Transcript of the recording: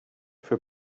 für